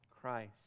Christ